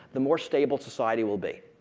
the more stable society will be.